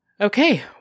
Okay